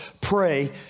pray